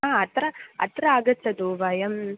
हा अत्र अत्र आगच्छतु वयं